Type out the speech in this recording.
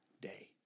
day